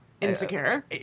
Insecure